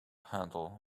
handle